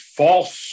false